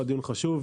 זה היה דיון חשוב.